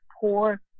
poor